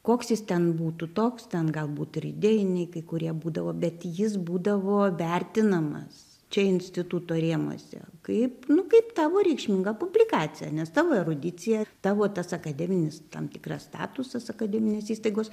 koks jis ten būtų toks ten galbūt ir idėjiniai kai kurie būdavo bet jis būdavo vertinamas čia instituto rėmuose kaip nu kaip tavo reikšminga publikacija nes tavo erudicija tavo tas akademinis tam tikras statusas akademinės įstaigos